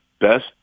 best